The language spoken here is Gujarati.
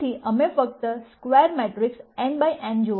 તેથી અમે ફક્ત square matrices n by n